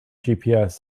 gps